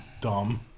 dumb